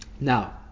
Now